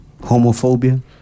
homophobia